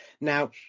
Now